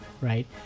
right